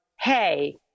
hey